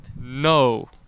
No